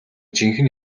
жинхэнэ